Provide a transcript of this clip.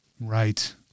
Right